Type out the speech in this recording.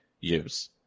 use